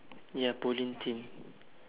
ya bowling thing